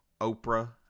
Oprah